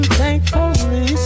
thankfully